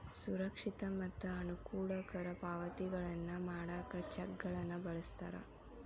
ಸುರಕ್ಷಿತ ಮತ್ತ ಅನುಕೂಲಕರ ಪಾವತಿಗಳನ್ನ ಮಾಡಾಕ ಚೆಕ್ಗಳನ್ನ ಬಳಸ್ತಾರ